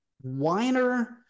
whiner